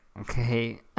okay